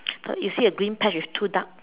uh you see a green patch with two duck